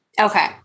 Okay